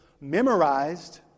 memorized